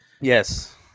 yes